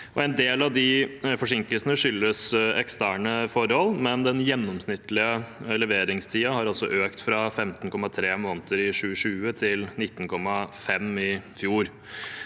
En del av de forsinkelsene skyldes eksterne forhold, men den gjennomsnittlige leveringstiden har også økt, fra 15,3 måneder i 2020 til 19,5 måneder